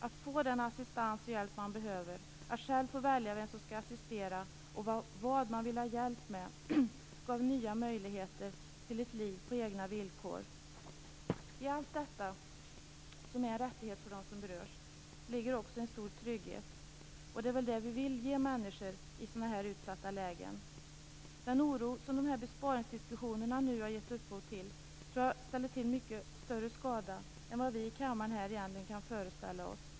Att få den assistans och hjälp man behöver, att själv få välja vem som skall assistera och vad man vill ha hjälp med gav nya möjligheter till ett liv på egna villkor. I allt detta, som är en rättighet för dem som berörs, ligger också en stor trygghet. Det är väl det vi vill ge människor i utsatta lägen. Den oro som de här besparingsdiskussionerna har gett upphov till tror jag ställer till mycket större skada än vad vi här i kammaren någonsin kan föreställa oss.